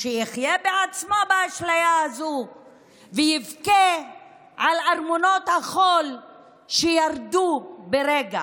שיחיה בעצמו באשליה הזאת ויבכה על ארמונות החול שירדו ברגע.